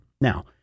Now